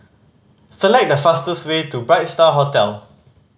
select the fastest way to Bright Star Hotel